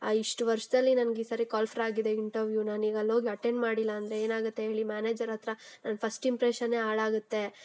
ಇಷ್ಟು ವರ್ಷದಲ್ಲಿ ನನಗೆ ಈ ಸಾರಿ ಕಾಲ್ ಫ್ರಾ ಆಗಿದೆ ಇಂಟರ್ವ್ಯೂ ನಾನು ಈಗ ಅಲ್ಲೋಗಿ ಅಟೆಂಡ್ ಮಾಡಿಲ್ಲ ಅಂದರೆ ಏನಾಗುತ್ತೆ ಹೇಳಿ ಮ್ಯಾನೇಜರ್ ಹತ್ತಿರ ನನ್ನ ಫಸ್ಟ್ ಇಂಪ್ರೆಷನೇ ಹಾಳಾಗತ್ತೆ